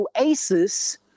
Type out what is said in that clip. oasis